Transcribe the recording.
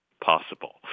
possible